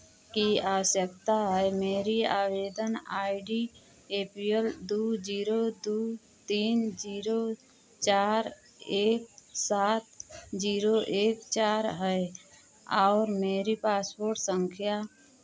की आवश्यकता है मेरी आवेदन I D A P L दो ज़ीरो दो तीन ज़ीरो चार एक सात ज़ीरो एक चार है आओर मेरी पासपोर्ट संख्या